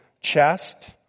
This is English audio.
chest